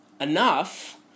enough